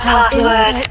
Password